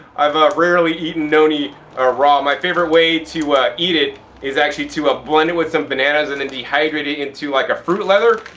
i've rarely eaten noni ah raw. my favorite way to ah eat it is actually to ah blend it with some bananas and and dehydrate it into like a fruit leather.